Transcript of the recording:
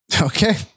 Okay